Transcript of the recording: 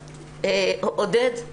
עודד,